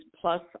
plus